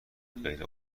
غیر